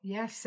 Yes